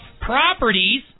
Properties